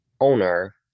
owner